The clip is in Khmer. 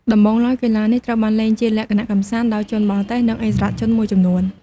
ដំបូងឡើយ កីឡានេះត្រូវបានលេងជាលក្ខណៈកម្សាន្តដោយជនបរទេស និងឥស្សរជនមួយចំនួន។